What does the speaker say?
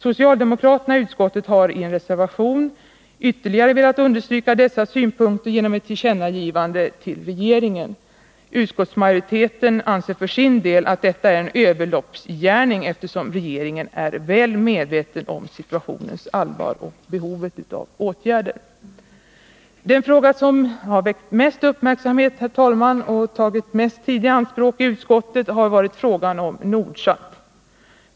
Socialdemokraterna i utskottet har i en reservation ytterligare velat understryka dessa synpunkter genom ett tillkännagivande till regeringen. Utskottsmajoriteten anser för sin del att detta är en överloppsgärning, eftersom regeringen är väl medveten om situationens allvar och behovet av åtgärder. Herr talman! Den fråga som har väckt mest uppmärksamhet och tagit mest tidi anspråk i utskottet har varit frågan om Nordsat.